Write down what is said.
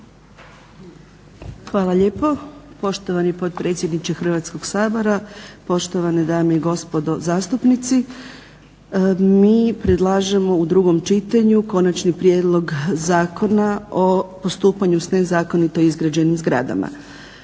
Hvala lijepo poštovani potpredsjedniče Hrvatskog sabora, poštovane dame i gospodo zastupnici. Mi predlažemo u drugom čitanju Konačni prijedlog Zakona o postupanju s nezakonito izgrađenim zgradama.